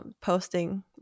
posting